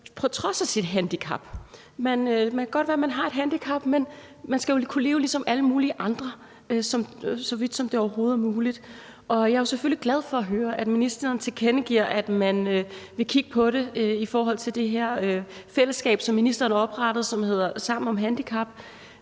på trods af sit handicap. Det kan godt være, at man har et handicap, men man skal jo kunne leve som alle mulige andre, så vidt som det overhovedet er muligt. Jeg er selvfølgelig glad for at høre, at ministeren tilkendegiver, at man vil kigge på det i forhold til det her fællesskab, som ministeren oprettede, som hedder Sammen om handicap,